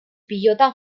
pilotan